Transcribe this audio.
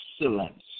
excellence